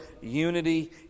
unity